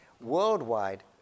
worldwide